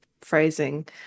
phrasing